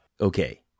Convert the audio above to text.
Okay